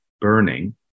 burning